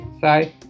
say